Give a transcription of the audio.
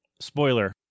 Spoiler